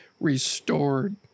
restored